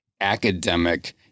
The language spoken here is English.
academic